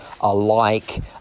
alike